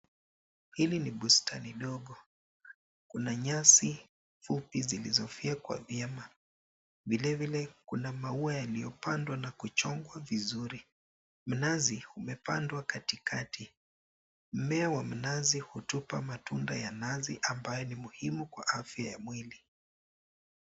Hili ni bustani dogo. Kuna nyasi fupi zilizofyekwa vyema. Vile vile, kuna maua yaliyopandwa na kuchongwa vizuri. Mnazi umepandwa katikati. Mmea wa mnazi hutupa matunda ya nazi ambayo ni muhimu kwa afya ya mwili.